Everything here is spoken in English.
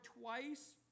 twice